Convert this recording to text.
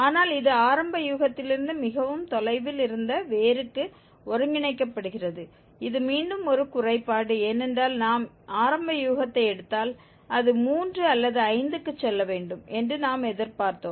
ஆனால் இது ஆரம்ப யூகத்திலிருந்து மிகவும் தொலைவில் இருந்த வேருக்கு ஒருங்கிணைக்கப்படுகிறது இது மீண்டும் ஒரு குறைபாடு ஏனென்றால் நாம் ஆரம்ப யூகத்தை எடுத்தால் அது 3 அல்லது 5 க்கு செல்ல வேண்டும் என்று நாம் எதிர்பார்த்தோம்